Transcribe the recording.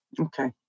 Okay